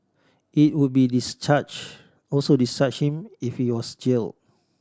it would be discharge also discharge him if he was jail